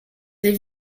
des